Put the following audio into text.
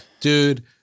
Dude